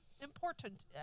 important